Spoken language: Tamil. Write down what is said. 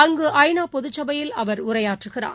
அங்கு ஐ நா பொதுச்சபையில் அவர் உரையாற்றுகிறார்